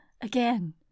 again